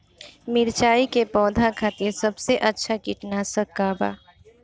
मिरचाई के पौधा खातिर सबसे अच्छा कीटनाशक का बा?